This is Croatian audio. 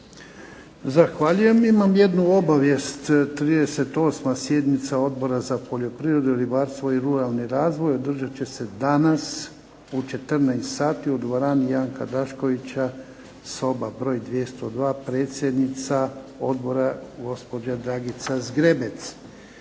Zahvaljujem. Imam jednu obavijest. 38. sjednica Odbora za poljoprivredu, ribarstvo i ruralni razvoj održat će se danas u 14,00 sati u dvorani "Janka Draškovića" soba br. 202, predsjednica odbora gospođa Dragica Zgrebec.